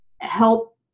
help